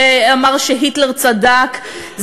שאמר שהיטלר צדק,